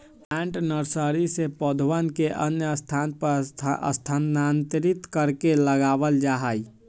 plant nursery से पौधवन के अन्य स्थान पर स्थानांतरित करके लगावल जाहई